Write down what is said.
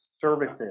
services